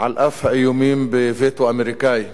על אף האיומים בווטו אמריקני.